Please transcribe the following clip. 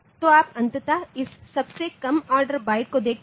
तो आप अंततः इस सबसे कम ऑर्डर बाइट को देखते हैं